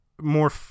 more